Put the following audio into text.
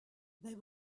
they